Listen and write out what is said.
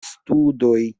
studoj